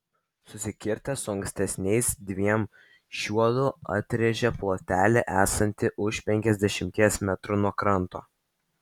susikirtę su ankstesniais dviem šiuodu atrėžė plotelį esantį už penkiasdešimties metrų nuo kranto